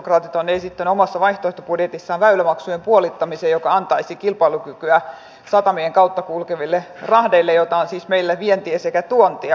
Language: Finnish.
sosialidemokraatit ovat esittäneet omassa vaihtoehtobudjetissaan väylämaksujen puolittamista mikä antaisi kilpailukykyä satamien kautta kulkeville rahdeille jotka ovat siis meille vientiä sekä tuontia